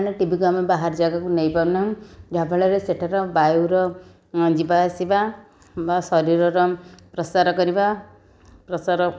ଟିଭିକୁ ଆମେ ବାହାର ଜାଗାକୁ ନେଇପାରୁନାହିଁ ଯାହାଫଳରେ ସେଠାରେ ବାୟୁର ଯିବାଆସିବା ବା ଶରୀରର ପ୍ରସାର କରିବା ପ୍ରସାର